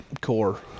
core